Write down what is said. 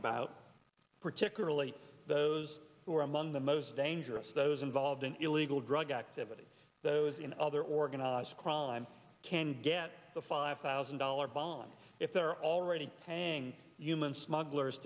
about particularly those who are among the most dangerous those involved in illegal drug activity those in other organized crime can get the five thousand dollars bond if they're already human smugglers